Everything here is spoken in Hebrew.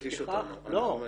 אתה מתיש אותנו -- לא,